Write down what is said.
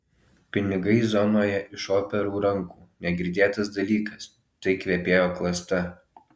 pinigai zonoje iš operų rankų negirdėtas dalykas tai kvepėjo klasta